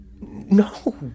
No